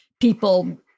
people